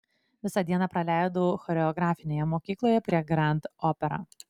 visą dieną praleidau choreografinėje mokykloje prie grand opera